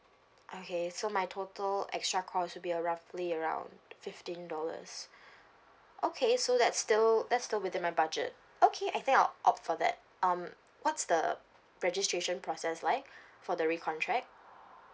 okay so my total extra cost will be a roughly around fifteen dollars okay so that's still that's still within my budget okay I think I'll opt for that um what's the registration process like for the recontract